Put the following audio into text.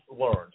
learned